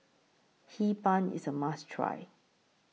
Hee Pan IS A must Try